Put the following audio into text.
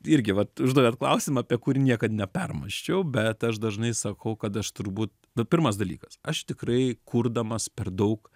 irgi vat užduodat klausimą apie kurį niekad nepermąsčiau bet aš dažnai sakau kad aš turbūt pirmas dalykas aš tikrai kurdamas per daug